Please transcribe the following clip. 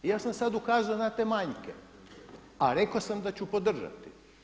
I ja sam sada ukazao na te manje a rekao sam da ću podržati.